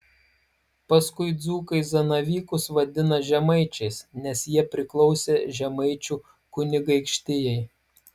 paskui dzūkai zanavykus vadina žemaičiais nes jie priklausė žemaičių kunigaikštijai